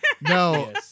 No